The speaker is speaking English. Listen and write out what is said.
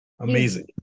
Amazing